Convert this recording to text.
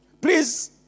Please